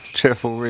Cheerful